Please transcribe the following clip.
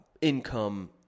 income